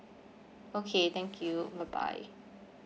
okay thank you bye bye